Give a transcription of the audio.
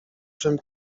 czym